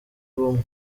bumwe